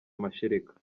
amashereka